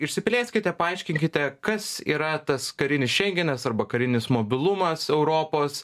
išsiplėskite paaiškinkite kas yra tas karinis šengenas arba karinis mobilumas europos